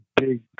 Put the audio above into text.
big